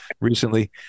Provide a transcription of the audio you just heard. recently